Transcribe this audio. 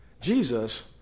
Jesus